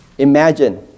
Imagine